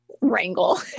wrangle